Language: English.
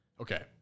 Okay